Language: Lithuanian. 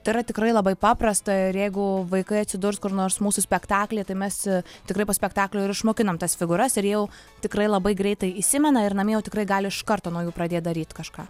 tai yra tikrai labai paprasta ir jeigu vaikai atsidurs kur nors mūsų spektakly tai mes tikrai po spektaklio ir išmokinam tas figūras ir jau tikrai labai greitai įsimena ir namie jau tikrai gali iš karto nuo jų pradėt daryt kažką